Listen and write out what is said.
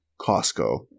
Costco